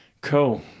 Cool